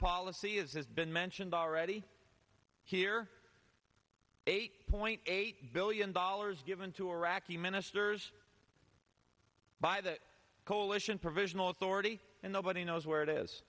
policy is has been mentioned already here eight point eight billion dollars given to iraqi ministers by the coalition provisional authority and nobody knows where it is